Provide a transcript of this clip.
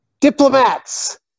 diplomats